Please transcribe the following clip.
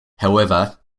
however